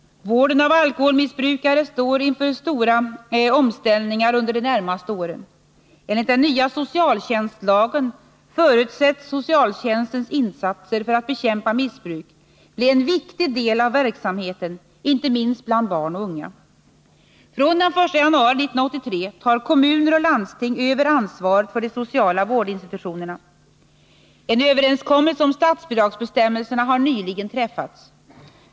Vården av alkoholmissbrukare står inför stora omställningar under de närmaste åren. Enligt den nya socialtjänstlagen förutsätts socialtjänstens insatser för att bekämpa missbruk bli en viktig del av verksamheten, inte minst bland barn och unga. Från den 1 januari 1983 tar kommuner och landsting över ansvaret för de sociala vårdinstitutionerna. En överenskommelse om statsbidragsbestämmelserna har nyligen träffats.